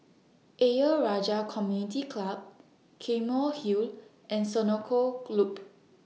Ayer Rajah Community Club Claymore Hill and Senoko Loop